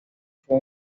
fue